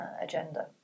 agenda